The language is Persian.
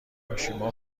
کاشیما